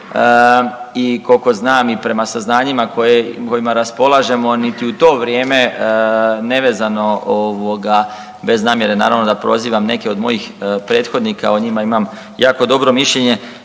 i koliko znam i prema saznanjima kojima raspolažemo niti u to vrijeme nevezano bez namjere naravno da prozivam neke od mojih prethodnika, o njima imam jako dobro mišljenje,